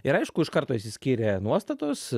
ir aišku iš karto išsiskyrė nuostatos